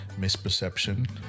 misperception